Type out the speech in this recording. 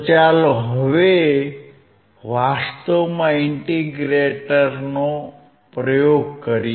ચાલો હવે વાસ્તવમાં ઇન્ટીગ્રેટરનો પ્રયોગ કરીએ